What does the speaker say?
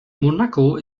monaco